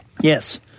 Yes